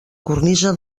cornisa